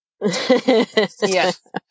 Yes